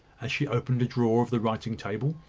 as she opened a drawer of the writing-table